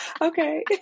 Okay